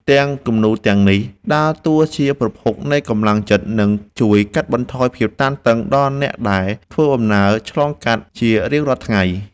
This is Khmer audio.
ផ្ទាំងគំនូរទាំងនេះដើរតួជាប្រភពនៃកម្លាំងចិត្ត និងជួយកាត់បន្ថយភាពតានតឹងដល់អ្នកដែលធ្វើដំណើរឆ្លងកាត់ជារៀងរាល់ថ្ងៃ។